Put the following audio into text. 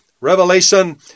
Revelation